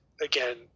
Again